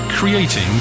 Creating